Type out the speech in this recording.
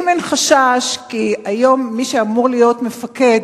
האם אין חשש כי היום מי שאמור להיות מפקד